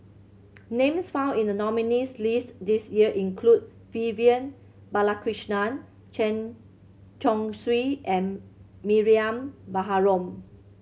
names found in the nominees' list this year include Vivian Balakrishnan Chen Chong Swee and Mariam Baharom